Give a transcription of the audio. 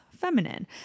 feminine